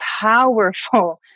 powerful